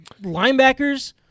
linebackers –